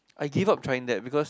I give up trying that because